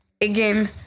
Again